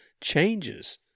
changes